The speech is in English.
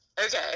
Okay